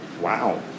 Wow